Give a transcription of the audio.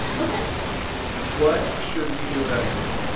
ok what should we do about amazon?